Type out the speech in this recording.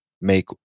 make